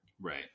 Right